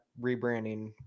rebranding